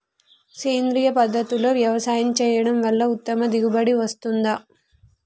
సేంద్రీయ పద్ధతుల్లో వ్యవసాయం చేయడం వల్ల ఉత్తమ దిగుబడి వస్తుందా?